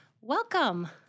welcome